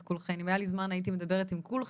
את כולכן ואם היה לי זמן אז הייתי מדברת עם כולכן.